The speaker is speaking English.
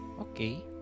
Okay